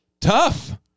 tough